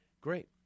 Great